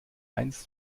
eins